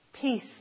Peace